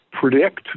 predict